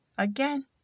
Again